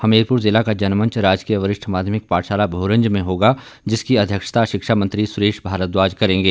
हमीरपुर जिला का जनमंच राजकीय वरिष्ठ माध्यमिक पाठशाला भोरंज में होगा जिसकी अध्यक्षता शिक्षा मंत्री सुरेश भारद्वाज करेंगे